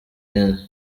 iyindi